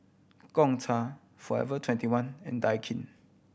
Gongcha Forever Twenty one and Daikin